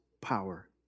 power